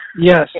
yes